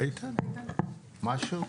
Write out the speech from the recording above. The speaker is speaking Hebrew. איתן, משהו לומר?